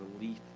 relief